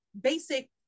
basic